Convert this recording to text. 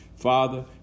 Father